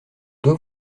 dois